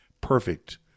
perfect